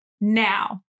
Now